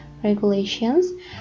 regulations